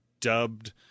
dubbed